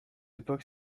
époque